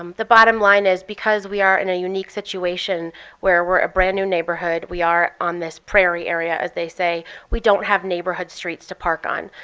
um the bottom line is, because we are in a unique situation where we're a brand-new neighborhood, we are on this prairie area, as they say, we don't have neighborhood streets to park on.